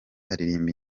aririmba